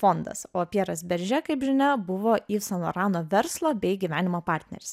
fondas o pjeras beržė kaip žinia buvo yv sen lorano verslo bei gyvenimo partneris